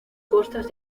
costas